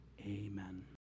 Amen